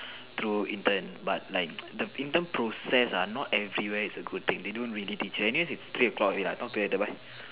through intern but like the intern process ah not everywhere is a good thing they don't really teach anything anyways is three o-clock already talk to you later bye